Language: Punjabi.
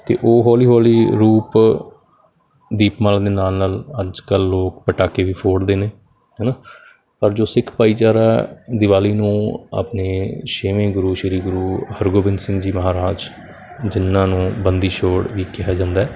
ਅਤੇ ਉਹ ਹੌਲੀ ਹੌਲੀ ਰੂਪ ਦੀਪਮਾਲਾ ਦੇ ਨਾਲ ਨਾਲ ਅੱਜ ਕੱਲ੍ਹ ਲੋਕ ਪਟਾਕੇ ਵੀ ਫੋੜਦੇ ਨੇ ਹੈ ਨਾ ਪਰ ਜੋ ਸਿੱਖ ਭਾਈਚਾਰਾ ਦਿਵਾਲੀ ਨੂੰ ਆਪਣੇ ਛੇਵੇਂ ਗੁਰੂ ਸ਼੍ਰੀ ਗੁਰੂ ਹਰਗੋਬਿੰਦ ਸਿੰਘ ਜੀ ਮਹਾਰਾਜ ਜਿਨ੍ਹਾਂ ਨੂੰ ਬੰਦੀ ਛੋੜ ਵੀ ਕਿਹਾ ਜਾਂਦਾ